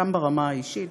גם ברמה האישית,